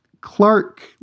Clark